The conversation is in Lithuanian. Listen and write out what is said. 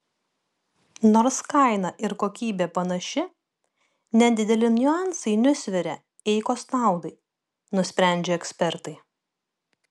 nors kaina ir kokybė panaši nedideli niuansai nusveria eikos naudai nusprendžia ekspertai